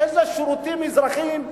איזה שירותים אזרחיים,